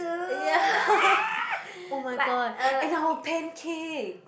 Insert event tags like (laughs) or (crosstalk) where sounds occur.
ya (laughs) oh-my-god and our pancake